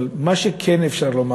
אבל מה שכן אפשר לומר,